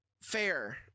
Fair